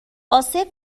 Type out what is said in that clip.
عاصف